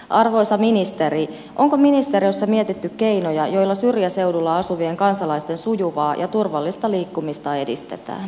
arvoisa ministeri onko ministeriössä mietitty keinoja joilla syrjäseuduilla asuvien kansalaisten sujuvaa ja turvallista liikkumista edistetään